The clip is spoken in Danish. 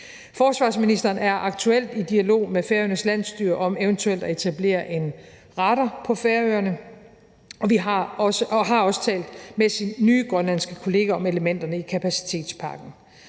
Forsvarsministeren er aktuelt i dialog med Færøernes landsstyre om eventuelt at etablere en radar på Færøerne og har også talt med sin nye grønlandske kollega om elementerne i kapacitetspakken.